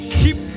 keep